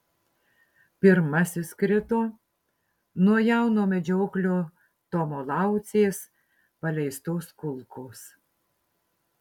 pirmasis krito nuo jauno medžioklio tomo laucės paleistos kulkos